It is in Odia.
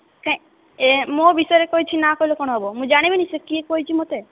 କାଇଁ ମୋ ବିଷୟରେ କହିଛି ନା କହିଲେ କ'ଣ ହେବ ମୁଁ ଜାଣିବିନି ସିଏ କିଏ କହିଛି ମୋତେ